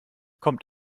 kommt